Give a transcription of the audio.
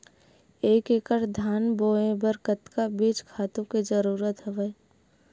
एक एकड़ धान बोय बर कतका बीज खातु के जरूरत हवय?